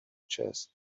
chest